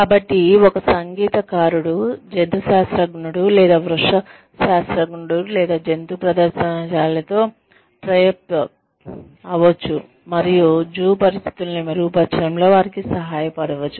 కాబట్టి ఒక సంగీతకారుడు జంతుశాస్త్రజ్ఞుడు లేదా వృక్షశాస్త్రజ్ఞుడు లేదా జంతుప్రదర్శనశాలతో టై అప్ అవోచు మరియు జూ పరిస్థితులను మెరుగుపరచడంలో వారికి సహాయపడవచ్చు